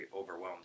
overwhelmed